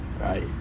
right